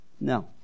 No